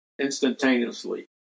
instantaneously